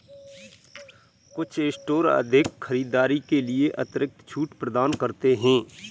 कुछ स्टोर अधिक खरीदारी के लिए अतिरिक्त छूट प्रदान करते हैं